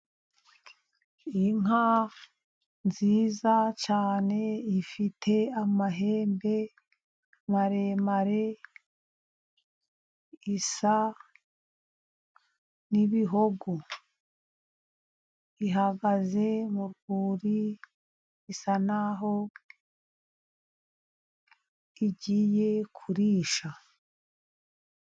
Inka nziza cyane ifite amahembe maremare, isa n'ibihogo. Ihagaze mu rwuri isa n'aho igiye kurisha.